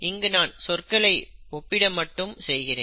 இங்கு நான் சொற்களை ஒப்பிட மட்டும் செய்கிறேன்